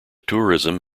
tourism